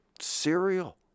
cereal